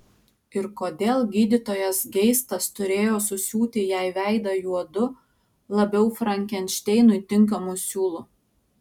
ir kodėl gydytojas geistas turėjo susiūti jai veidą juodu labiau frankenšteinui tinkamu siūlu